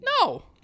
No